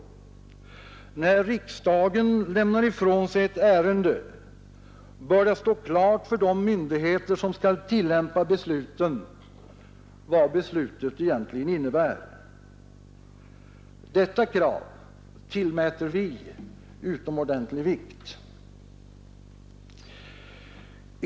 När riksdagen lämnar ifrån sig ett ärende bör det stå klart för de myndigheter, som skall tillämpa beslutet, vad beslutet egentligen innebär. Detta krav tillmäter vi utomordentlig vikt.